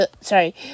sorry